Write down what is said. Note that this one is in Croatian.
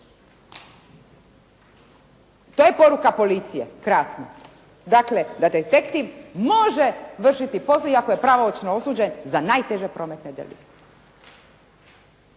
To je poruka policije. Krasno. Dakle, da detektiv može vršiti posao iako je pravomoćno osuđen za najteže prometne delikte.